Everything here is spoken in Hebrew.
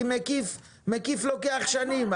כי תיקון מקיף לוקח שנים.